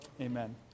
amen